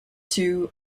two